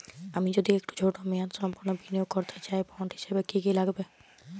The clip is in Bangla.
আমি যদি একটু ছোট মেয়াদসম্পন্ন বিনিয়োগ করতে চাই বন্ড হিসেবে কী কী লাগবে?